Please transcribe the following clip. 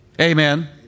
Amen